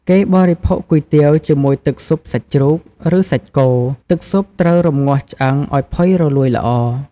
គេបរិភោគគុយទាវជាមួយទឹកស៊ុបសាច់ជ្រូក ឬសាច់គោ ទឹកស៊ុបត្រូវរម្ងាស់ឆ្អឹងឲ្យផុយរលួយល្អ។